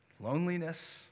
loneliness